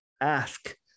ask